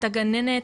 את הגננת,